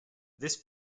this